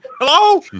Hello